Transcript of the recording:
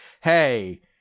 hey